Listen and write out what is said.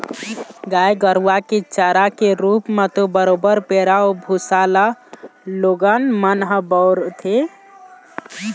गाय गरुवा के चारा के रुप म तो बरोबर पैरा अउ भुसा ल लोगन मन ह बउरबे करथे